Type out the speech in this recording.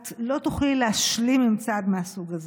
את לא תוכלי להשלים אם צעד מהסוג הזה.